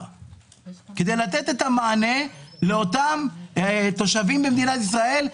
אלא כדי לתת מענה לתושבים במדינת ישראל,